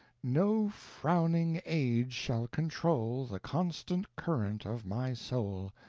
no frowning age shall control the constant current of my soul,